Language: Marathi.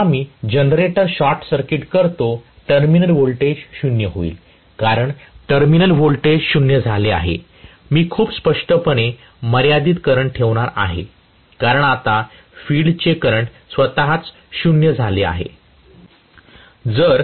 जेव्हा मी जनरेटर शॉर्ट सर्किट करतो टर्मिनल व्होल्टेज 0 होईल कारण टर्मिनल व्होल्टेज 0 झाले आहे मी खूप स्पष्टपणे मर्यादित करंट ठेवणार आहे कारण आता फील्डचे करंट स्वतःच 0 झाले आहे